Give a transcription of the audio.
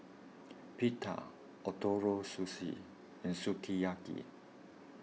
Pita Ootoro Sushi and Sukiyaki